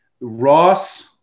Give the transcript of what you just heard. Ross